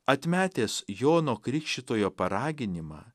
atmetęs jono krikštytojo paraginimą